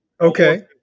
Okay